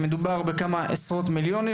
שמדובר בכמה עשרות מיליונים,